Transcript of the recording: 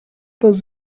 does